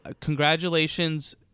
congratulations